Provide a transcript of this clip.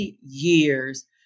years